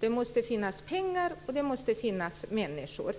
Det måste finnas pengar och det måste finnas människor.